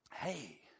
Hey